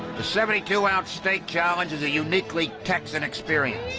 the seventy two ounce steak challenge is a uniquely texan experience.